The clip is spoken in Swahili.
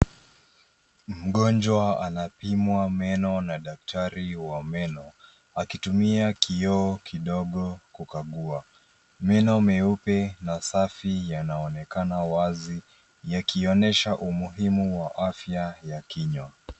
Mgonjwa anapimwa meno na daktari wa meno, akitumia kioo kidogo kukagua. Meno meupe na safi, yanaonekana wazi yakionyesha umuhimu wa afya ya kinywa.